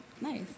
Nice